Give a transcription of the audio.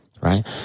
right